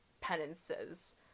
penances